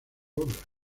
obra